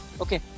okay